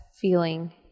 feeling